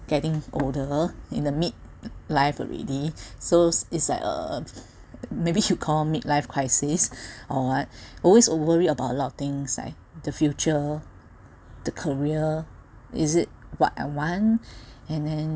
getting older in the mid life already so is like uh maybe you'll call mid life crisis or what always a worry about a lot of things like the future the career is it what I want and